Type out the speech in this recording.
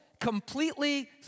completely